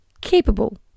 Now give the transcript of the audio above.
capable